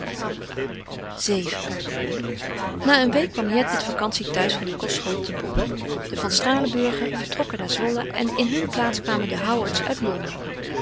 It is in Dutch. viii na een week kwam jet met vacantie thuis van de kostschool te bonn de van stralenburgen vertrokken naar zwolle en in hun plaats kwamen de howards uit londen